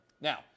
Now